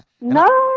No